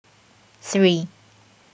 three